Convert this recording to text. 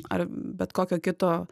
ar bet kokio kito